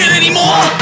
anymore